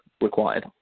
required